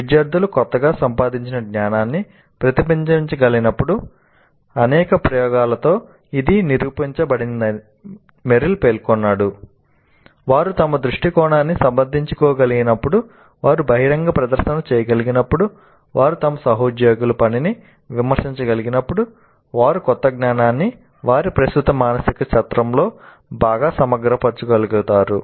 విద్యార్థులు కొత్తగా సంపాదించిన జ్ఞానాన్ని ప్రతిబింబించగలిగినప్పుడు అనేక ప్రయోగాలలో ఇది నిరూపించబడిందని మెరిల్ పేర్కొన్నాడు వారు తమ దృష్టికోణాన్ని సమర్థించుకోగలిగినప్పుడు వారు బహిరంగ ప్రదర్శన చేయగలిగినప్పుడు వారు తమ సహోద్యోగుల పనిని విమర్శించగలిగినప్పుడు వారు కొత్త జ్ఞానాన్ని వారి ప్రస్తుత మానసిక చట్రంలో బాగా సమగ్రపరచగలుగుతారు